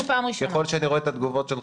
ככל שאני רואה --- חבר הכנסת רזבוזוב,